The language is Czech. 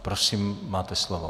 Prosím, máte slovo.